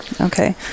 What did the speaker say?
Okay